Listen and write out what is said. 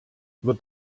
wird